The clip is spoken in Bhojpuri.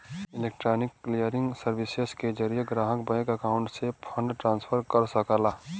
इलेक्ट्रॉनिक क्लियरिंग सर्विसेज के जरिये ग्राहक बैंक अकाउंट से फंड ट्रांसफर कर सकला